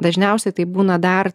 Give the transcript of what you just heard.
dažniausia tai būna dar